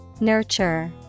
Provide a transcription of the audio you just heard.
Nurture